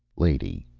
lady,